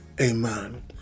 amen